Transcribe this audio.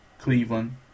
Cleveland